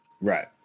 Right